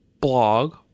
blog